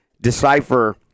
decipher